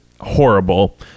horrible